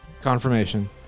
Confirmation